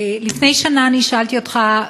לפני שנה שאלתי אותך,